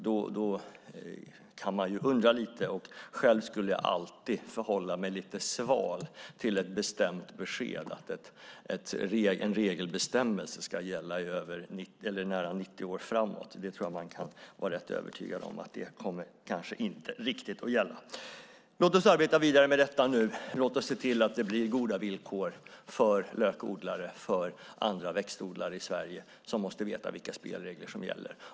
Vi kan undra lite, och själv skulle jag alltid förhålla mig lite sval till ett bestämt besked att en regelbestämmelse ska gälla i nära 90 år framöver. Det tror jag att vi kan vara rätt övertygade om kanske inte riktigt kommer att gälla. Låt oss arbeta vidare med detta, och låt oss se till att det blir goda villkor för lökodlare och andra växtodlare i Sverige, som måste veta vilka spelregler som gäller.